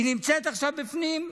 היא נמצאת עכשיו בפנים,